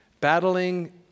Battling